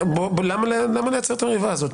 למה לייצר את המריבה הזאת?